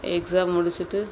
exam முடிச்சுட்டு